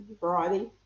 variety